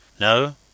No